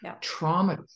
Trauma